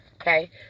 okay